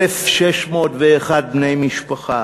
1,601 בני משפחה